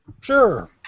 Sure